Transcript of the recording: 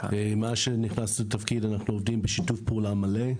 מאז שנכנס לתפקיד אנו עובדים בשיתוף פעולה מלא,